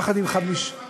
מספיק לנו חמישה.